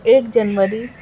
ایک جنوری